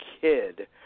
kid